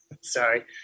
Sorry